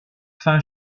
fin